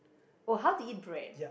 oh how to eat bread